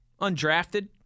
undrafted